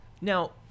now